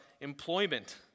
employment